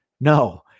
no